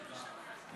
תודה.